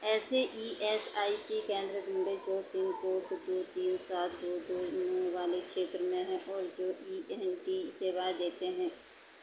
ऐसे E S I C केंद्र ढूँढें जो पिन कोड दो तीन सात दो दो नौ वाले क्षेत्र में हैं और जो ई एन टी सेवाएँ देते हैं